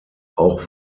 auch